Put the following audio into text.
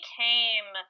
came